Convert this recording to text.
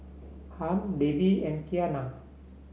Harm Baby and Keanna